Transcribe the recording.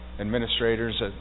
administrators